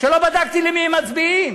שלא בדקתי למי הם מצביעים,